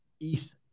.eth